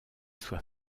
soit